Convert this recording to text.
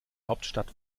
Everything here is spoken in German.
hauptstadt